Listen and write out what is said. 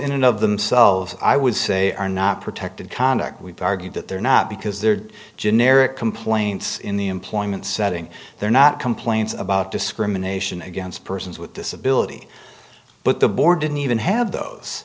of themselves i would say are not protected conduct we've argued that they're not because they're generic complaints in the employment setting they're not complaints about discrimination against persons with disability but the board didn't even have those